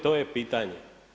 To je pitanje.